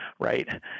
right